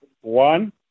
One